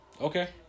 Okay